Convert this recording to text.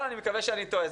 שאני טועה.